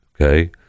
okay